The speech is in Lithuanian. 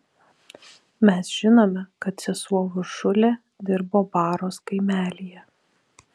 mes žinome kad sesuo uršulė dirbo baros kaimelyje